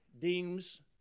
deems